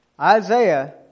Isaiah